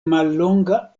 mallonga